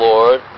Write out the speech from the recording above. Lord